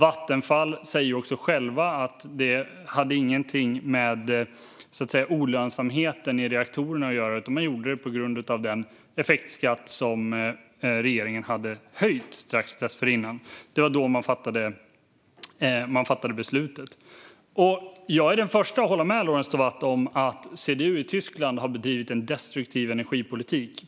Vattenfall säger att det inte hade med olönsamhet i reaktorerna att göra, utan man gjorde det på grund av den effektskatt som regeringen hade höjt strax dessförinnan. Det var då man fattade beslutet. Jag är den första att hålla med Lorentz Tovatt om att CDU i Tyskland har bedrivit en destruktiv energipolitik.